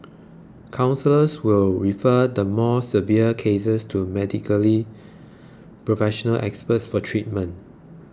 counsellors will refer the more severe cases to medically professional experts for treatment